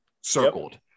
circled